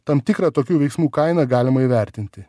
tam tikrą tokių veiksmų kainą galima įvertinti